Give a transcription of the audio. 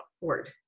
word